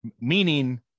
Meaning